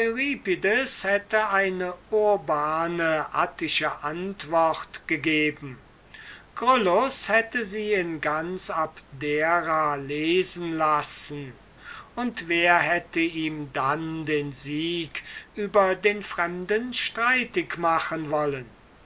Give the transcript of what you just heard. hätte eine urbane attische antwort gegeben gryllus hätte sie im ganzen abdera lesen lassen und wer hätte ihm dann den sieg über den fremden streitig machen wollen